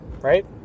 Right